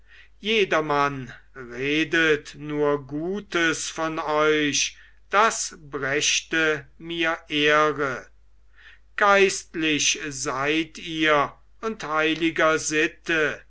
jedermann redet nur gutes von euch das brächte mir ehre geistlich seid ihr und heiliger sitte